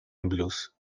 blues